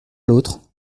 l’autre